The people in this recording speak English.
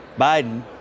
Biden